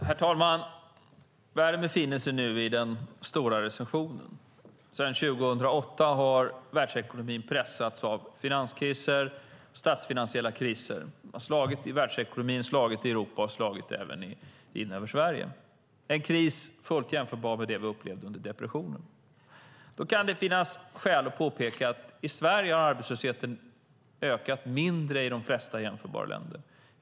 Herr talman! Världen befinner sig nu i den stora recessionen. Sedan 2008 har världsekonomin pressats av finanskriser och statsfinansiella kriser, som har slagit i världsekonomin, slagit i Europa och slagit även in över Sverige. Det är en kris fullt jämförbar med den vi upplevde under depressionen. Då kan det finnas skäl att påpeka att i Sverige har arbetslösheten ökat mindre än i de flesta jämförbara länder.